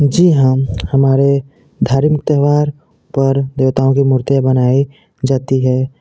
जी हाँ हमारे धार्मिक त्योहार पर देवताओं की मूर्तियाँ बनाई जाती हैं